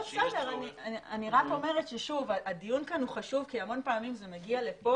אני רק אומרת שהדיון כאן הוא חשוב כי הרבה פעמים זה מגיע לכאן